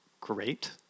Great